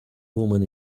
woman